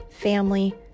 family